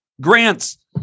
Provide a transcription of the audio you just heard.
grants